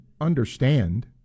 understand